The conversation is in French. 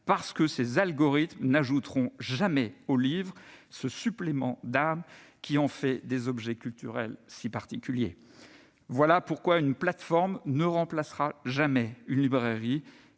parce que ses algorithmes n'ajouteront jamais au livre ce supplément d'âme qui en fait des objets culturels si particuliers. Voilà pourquoi une plateforme ne remplacera jamais une librairie,